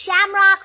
shamrocks